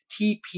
TP